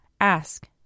Ask